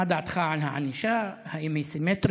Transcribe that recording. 1. מה דעתך על הענישה, האם היא סימטרית?